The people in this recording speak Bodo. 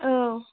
औ